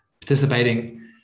participating